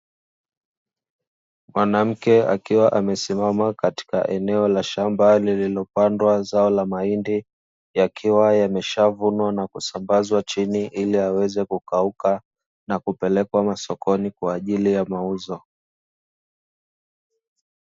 Mwanamke akiwa amesimama katika eneo la shamba lililopandwa zao la mahindi. Yakiwa yameshavunwa na kusambazwa chini ili aweze kukauka na kupelekwa masokoni kwa ajili ya mauzo.